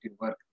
work